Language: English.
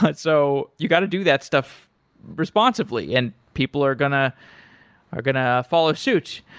but so you've got to do that stuff responsibly and people are going ah are going to follow suit.